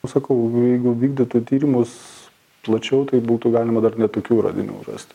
sakau jeigu vykdytų tyrimus plačiau tai būtų galima dar ne tokių radinių rast